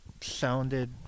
sounded